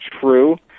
true